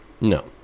No